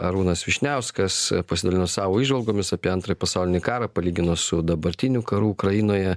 arūnas vyšniauskas pasidalino savo įžvalgomis apie antrąjį pasaulinį karą palygino su dabartiniu karu ukrainoje